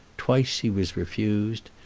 twice he was refused.